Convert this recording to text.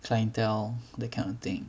clientele that kind of thing